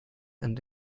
and